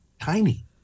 tiny